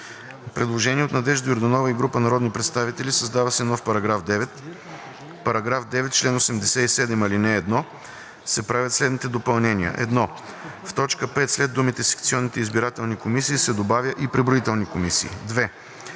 Предложение от Надежда Йорданова и група народни представители: Създава се нов § 8: „§ 8. В чл. 72, ал. 1 се правят следните допълнения: 1. В т. 2 – 5 след думите „секционните избирателни комисии“ се добавя „и преброителни комисии“. 2.